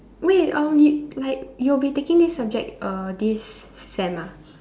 wait um you like you'll be taking this subject uh this sem ah